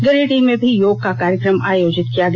गिरिडीह में भी योग का कार्यक्रम आयोजित किया गया